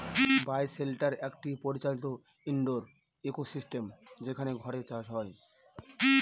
বায় shelter একটি পরিচালিত indoor ecosystem যেখানে ঘরে চাষ হয়